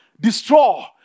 destroy